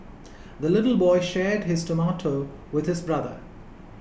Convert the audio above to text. the little boy shared his tomato with his brother